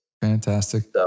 Fantastic